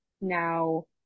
now